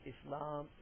Islam